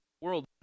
world